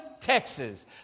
Texas